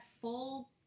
full